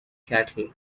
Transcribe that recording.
cattle